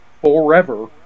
forever